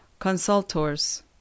Consultors